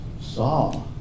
saw